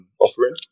offering